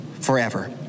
forever